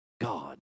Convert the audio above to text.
God